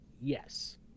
yes